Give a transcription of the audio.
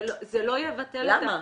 זה לא יבטל את ה- - למה?